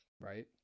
Right